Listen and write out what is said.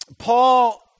Paul